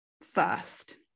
first